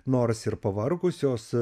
nors ir pavargusios